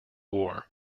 war